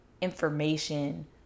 information